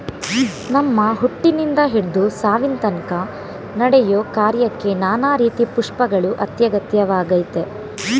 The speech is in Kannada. ನಮ್ಮ ಹುಟ್ಟಿನಿಂದ ಹಿಡ್ದು ಸಾವಿನತನ್ಕ ನಡೆಯೋ ಕಾರ್ಯಕ್ಕೆ ನಾನಾ ರೀತಿ ಪುಷ್ಪಗಳು ಅತ್ಯಗತ್ಯವಾಗಯ್ತೆ